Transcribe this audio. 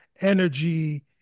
energy